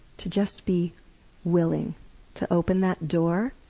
to just be willing to open that door